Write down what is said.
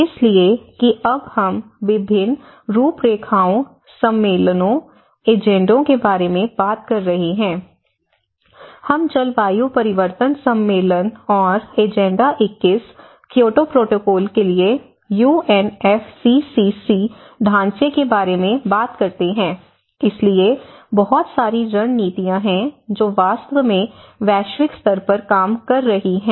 इसलिए कि अब हम विभिन्न रूपरेखाओं सम्मेलनों एजेंडों के बारे में बात कर रहे हैं हम जलवायु परिवर्तन सम्मेलन और एजेंडा 21 क्योटो प्रोटोकॉल के लिए यूएनएफसीसीसी ढांचे के बारे में बात करते हैं इसलिए बहुत सारी रणनीतियां हैं जो वास्तव में वैश्विक स्तर पर काम कर रही हैं